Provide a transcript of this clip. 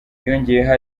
yongeyeho